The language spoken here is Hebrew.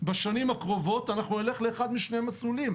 בשנים הקרובות אנחנו נלך לאחד משני מסלולים: